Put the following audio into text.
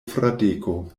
fradeko